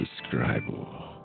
describable